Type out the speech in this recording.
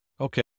Okay